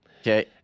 okay